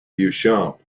beauchamp